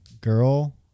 girl